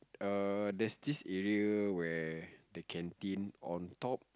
err there's this area where the canteen on top